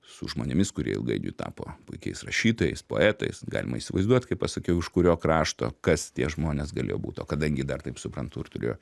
su žmonėmis kurie ilgainiui tapo puikiais rašytojais poetais galima įsivaizduot kai pasakiau iš kurio krašto kas tie žmonės galėjo būt o kadangi dar taip suprantu ir turėjo